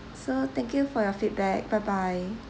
so thank you for your feedback bye bye